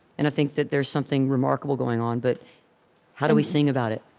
and i think that there's something remarkable going on. but how do we sing about it,